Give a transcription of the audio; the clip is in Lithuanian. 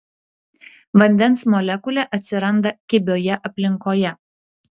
vandens molekulė atsiranda kibioje aplinkoje